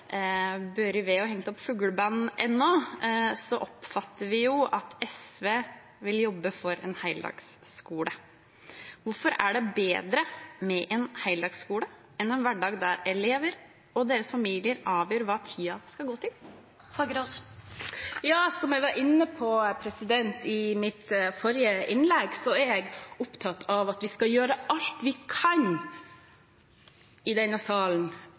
ved» og «sett opp fuggelband» ennå, oppfatter vi at SV vil jobbe for en heldagsskole. Hvorfor er det bedre med en heldagsskole enn en hverdag der elever og deres familier avgjør hva tiden skal gå til? Som jeg var inne på i mitt forrige innlegg, er jeg opptatt av at vi skal gjøre alt vi kan i denne salen